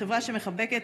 חברה שמחבקת,